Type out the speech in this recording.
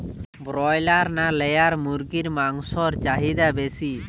Broiler না layer মুরগির মাংসর চাহিদা বেশি?